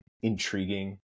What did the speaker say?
intriguing